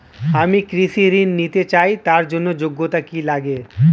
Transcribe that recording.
আমি কৃষি ঋণ নিতে চাই তার জন্য যোগ্যতা কি লাগে?